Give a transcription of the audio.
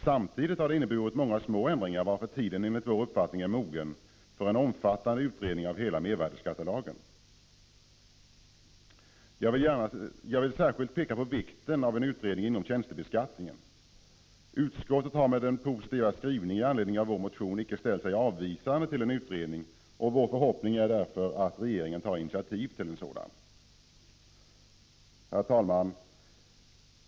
Samtidigt har det inneburit många små ändringar, varför tiden enligt vår uppfattning är mogen för en omfattande utredning av hela mervärdeskattelagen. Jag vill särskilt peka på vikten av en utredning inom tjänstebeskattningen. Utskottet har med den positiva skrivningen i anledning av vår motion icke ställt sig avvisande till en utredning. Vår förhoppning är därför att regeringen tar initiativ till en sådan. Herr talman!